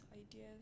ideas